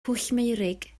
pwllmeurig